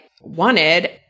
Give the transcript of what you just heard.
wanted